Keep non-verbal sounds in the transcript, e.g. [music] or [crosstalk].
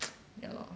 [noise] ya lor